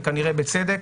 וכנראה בצדק.